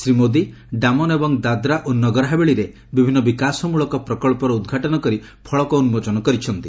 ଶ୍ରୀ ମୋଦି ଡାମନ୍ ଏବଂ ଦାଦ୍ରା ଓ ନଗର ହାବେଳିରେ ବିଭିନ୍ନ ବିକାଶମୂଳକ ପ୍ରକଳ୍ପର ଉଦ୍ଘାଟନ କରି ଫଳକ ଉନ୍କୋଚନ କରିଛନ୍ତି